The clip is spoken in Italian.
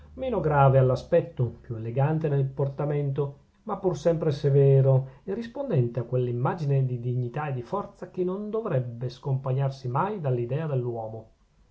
meno grave all'aspetto più elegante nel portamento ma pur sempre severo e rispondente a quell'immagine di dignità e di forza che non dovrebbe scompagnarsi mai dall'idea dell'uomo